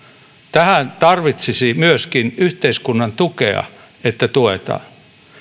tähän tarvitsisi myöskin yhteiskunnan tukea sitä että tuetaan